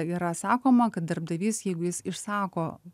yra sakoma kad darbdavys jeigu jis išsako